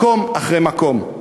מקום אחרי מקום.